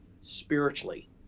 spiritually